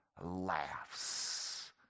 laughs